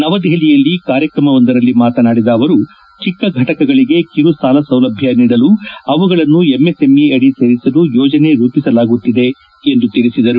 ನವದೆಪಲಿಯಲ್ಲಿ ಕಾರ್ಯಕ್ರಮವೊಂದರಲ್ಲಿ ಮಾತನಾಡಿದ ಅವರು ಚಿಕ್ಕ ಘಟಕಗಳಿಗೆ ಕಿರು ಸಾಲ ಸೌಲಭ್ಯ ನೀಡಲು ಅವುಗಳನ್ನು ಎಂಎಸ್ಎಂಇ ಅಡಿ ಸೇರಿಸಲು ಯೋಜನೆ ರೂಪಿಸಲಾಗುತ್ತಿದೆ ಎಂದು ಅವರು ಹೇಳಿದರು